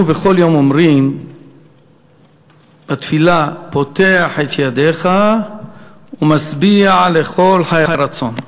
אנחנו בכל יום אומרים בתפילה: "פותח את ידך ומשביע לכל חי רצון".